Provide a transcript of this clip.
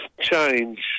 change